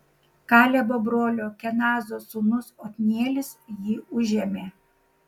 kalebo brolio kenazo sūnus otnielis jį užėmė